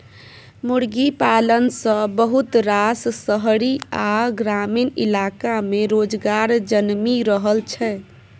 मुर्गी पालन सँ बहुत रास शहरी आ ग्रामीण इलाका में रोजगार जनमि रहल छै